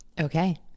Okay